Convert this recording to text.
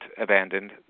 abandoned